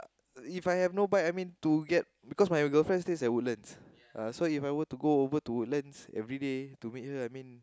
If I have no bike I mean to get because my girlfriend stay at Woodlands so If I want to go over to Woodlands everyday to meet her I mean